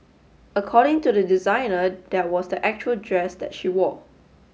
according to the designer that was the actual dress that she wore